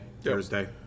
Thursday